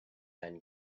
then